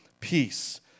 peace